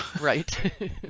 Right